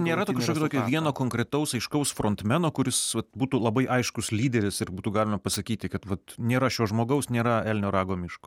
nėra to kažkokio vieno konkretaus aiškaus frontmeno kuris vat būtų labai aiškus lyderis ir būtų galima pasakyti kad vat nėra šio žmogaus nėra elnio rago miško